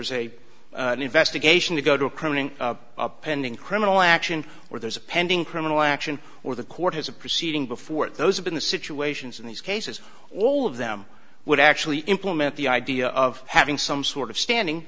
is a investigation to go to a criminal a pending criminal action or there's a pending criminal action or the court has a proceeding before those have been the situations in these cases all of them would actually implement the idea of having some sort of standing